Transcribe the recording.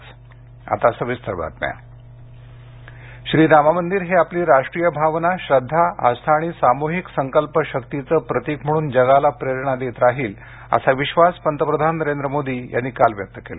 भमिपजन श्रीराम मंदिर हे आपली राष्ट्रीय भावना श्रद्धा आस्था आणि साम्हिक संकल्पशक्तीचं प्रतिक म्हणून जगाला प्रेरणा देत राहील असा विश्वास पंतप्रधान नरेंद्र मोदी यांनी काल व्यक्त केला